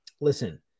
listen